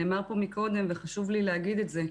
נאמר פה קודם וחשוב לי להגיד את זה.